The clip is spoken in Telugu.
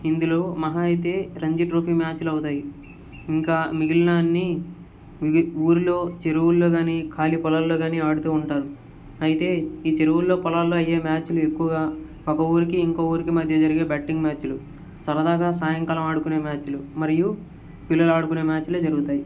ఇందులో మహా అయితే రంజీ ట్రోఫీ మ్యాచ్లే అవుతాయి ఇంకా మిగిలిన అన్ని ఊరిలో చెరువుల్లో కానీ ఖాళీ పొలాల్లో కానీ ఆడుతూ ఉంటారు అయితే ఈ చెరువులో పొలాల్లో ఏ మ్యాచులు ఎక్కువగా ఒక ఊరికి ఇంకో ఊరికి మధ్య జరిగే బెట్టింగ్ మ్యాచ్లు సరదాగా సాయంకాలం ఆడుకునే మ్యాచులు మరియు పిల్లలు ఆడుకునే మ్యాచ్లు జరుగుతాయి